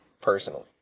personally